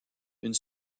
une